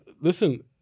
listen